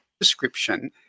description